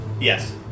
Yes